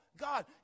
God